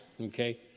Okay